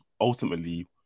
ultimately